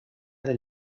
del